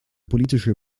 politische